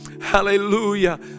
Hallelujah